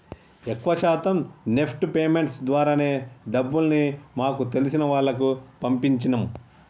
ఎక్కువ శాతం NEFT payments ద్వారానే డబ్బుల్ని మాకు తెలిసిన వాళ్లకి పంపించినం